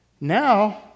Now